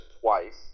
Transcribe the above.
twice